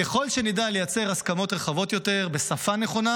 ככל שנדע לייצר הסכמות רחבות יותר בשפה נכונה,